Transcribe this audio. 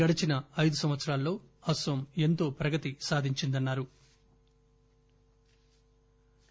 గడచిన ఐదు సంవత్సరాల్లో అన్సోం ఎంతో ప్రగతి సాధించిందన్నా రు